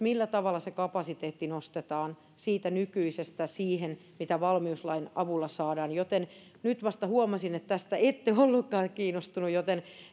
se millä tavalla se kapasiteetti nostetaan siitä nykyisestä siihen mitä valmiuslain avulla saadaan nyt vasta huomasin että tästä ette ollutkaan kiinnostunut joten